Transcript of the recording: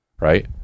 right